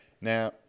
Now